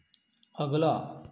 अगला